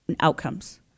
outcomes